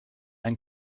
ein